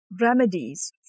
remedies